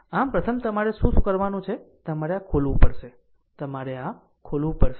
આમ પ્રથમ તમારે શું કરવાનું છે તમારે આ ખોલવું પડશે તમારે આ ખોલવું પડશે